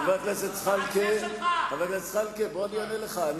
חבר הכנסת זחאלקה, בוא אני אענה לך.